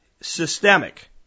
systemic